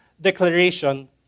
declaration